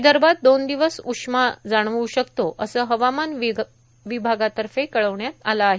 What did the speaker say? विदर्भात दोन दिवस उष्मा जाणवू शकतो असं हवामान विभागातर्फे कळवण्यात आलं आहे